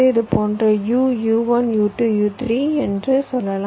இதுபோன்று u u1 u2 u3 என்று சொல்லலாம்